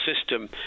system